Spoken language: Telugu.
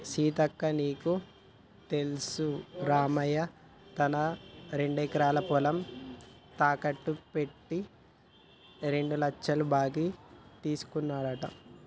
సీతక్క నీకు తెల్సా రామయ్య తన రెండెకరాల పొలం తాకెట్టు పెట్టి రెండు లచ్చల బాకీ తీసుకున్నాడంట